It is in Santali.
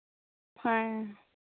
ᱦᱮᱸ